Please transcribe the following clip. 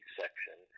section